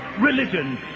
religion